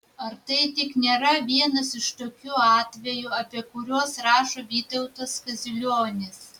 ar tai tik nėra vienas iš tokių atvejų apie kuriuos rašo vytautas kaziulionis